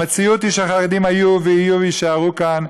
המציאות היא שהחרדים היו ויהיו ויישארו כאן,